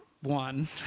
one